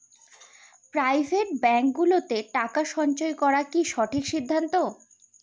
Private ব্যাঙ্কগুলোতে টাকা সঞ্চয় করা কি সঠিক সিদ্ধান্ত?